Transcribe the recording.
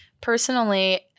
personally